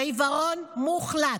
זה עיוורון מוחלט.